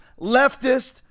leftist